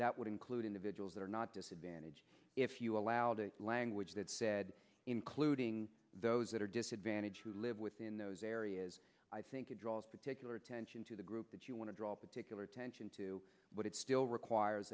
that would include individuals that are not disadvantaged if you allow the language that said including those that are disadvantaged to live within those areas i think it draws particular attention to the group that you want to draw particular attention to but it still requires